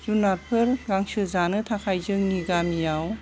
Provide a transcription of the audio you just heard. जुनारफोर गांसो जानो थाखाय जोंनि गामियाव